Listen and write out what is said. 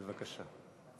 בבקשה.